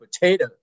potato